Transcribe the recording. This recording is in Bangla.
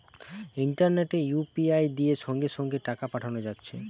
ইন্টারনেটে ইউ.পি.আই দিয়ে সঙ্গে সঙ্গে টাকা পাঠানা যাচ্ছে